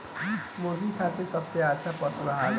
मुर्गा खातिर सबसे अच्छा का पशु आहार बा?